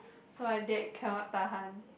so my dad cannot tahan